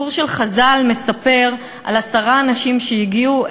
סיפור של חז"ל מספר על עשרה אנשים שהגיעו